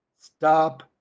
stop